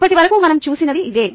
ఇప్పటివరకు మనం చూసినది ఇదే